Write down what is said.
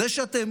זה שאתם